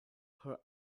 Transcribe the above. her